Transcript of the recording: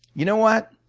you know what,